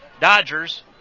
Dodgers